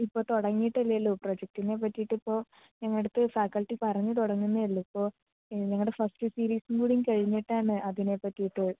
ഇപ്പോൾ തുടങ്ങിയിട്ടല്ലേ ഉള്ളൂ പ്രൊജക്ടിനെ പറ്റിയിട്ടിപ്പോൾ ഞങ്ങളുടെ അടുത്ത് ഫാക്കൽറ്റി പറഞ്ഞു തുടങ്ങുന്നേ ഉള്ളൂ ഇപ്പോൾ ഞങ്ങളുടെ ഫസ്റ്റ് സീരിസും കൂടി കഴിഞ്ഞിട്ടാണ് അതിനെ പറ്റിയിട്ട്